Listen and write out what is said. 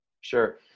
sure